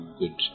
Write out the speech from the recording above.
good